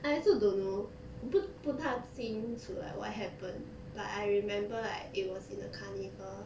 I also don't know 我不不大清楚 like what happen but I remember like it was in a carnival